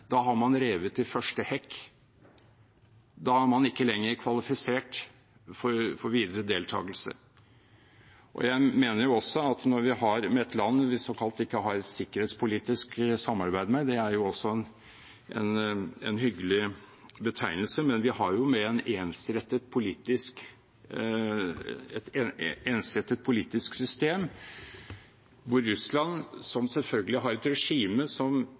Da har man revet i første hekk, da er man ikke lenger kvalifisert for videre deltakelse. Vi har å gjøre med et land vi såkalt ikke har sikkerhetspolitisk samarbeid med – det er jo en hyggelig betegnelse, vi har å gjøre med et ensrettet politisk system – og Russland, som selvfølgelig har et regime som